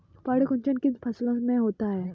पर्ण कुंचन किन फसलों में होता है?